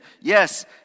Yes